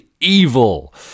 evil